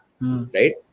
right